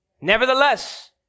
Nevertheless